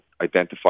identify